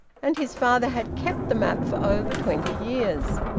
and his father had kept the map for over twenty years.